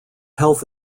health